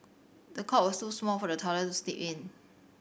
the cot was too small for the toddler to sleep in